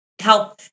help